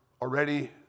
already